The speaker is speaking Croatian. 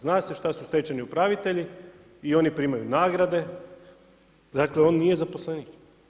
Zna se šta su stečajni upravitelji i oni primaju nagrade dakle on nije zaposlenik.